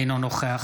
אינו נוכח